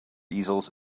easels